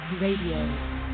Radio